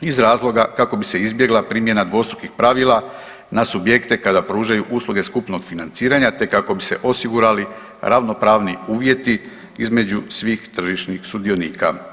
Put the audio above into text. iz razloga kako bi se izbjegla primjena dvostrukih pravila na subjekte kada pružaju usluge skupnog financiranja te kako bi se osigurali ravnopravni uvjeti između svih tržišnih sudionika.